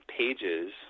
pages